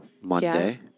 Monday